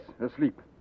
asleep